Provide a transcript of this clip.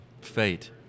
Fate